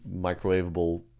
microwavable